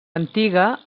antiga